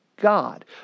God